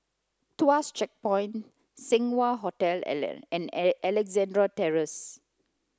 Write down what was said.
Tuas Checkpoint Seng Wah Hotel and Alexandra Terrace